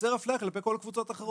ותיווצר אפליה כלפי כל הקבוצות האחרות,